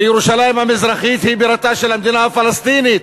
וירושלים המזרחית היא בירתה של המדינה הפלסטינית.